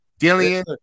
Dillian